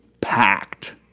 packed